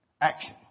action